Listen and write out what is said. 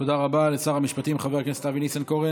תודה רבה לשר המשפטים חבר הכנסת אבי ניסנקורן.